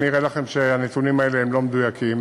אם נראה לכם שהנתונים האלה לא מדויקים,